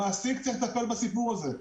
המעסיק צריך לטפל בסיפור הזה.